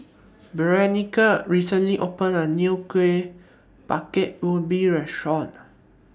Berenice recently opened A New Kueh Bingka Ubi Restaurant